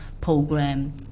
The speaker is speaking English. program